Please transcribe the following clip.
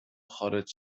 خارج